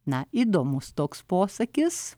na įdomus toks posakis